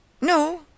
No